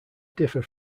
differ